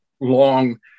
long